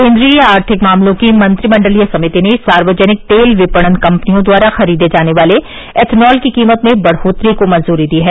केन्द्रीय आर्थिक मामलों की मंत्रिमंडलीय समिति ने सार्वजनिक तेल विपणन कम्पनियों द्वारा खरीदे जाने वाले एथनॉल की कीमत में बढोतरी को मंजूरी दी है